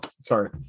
sorry